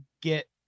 get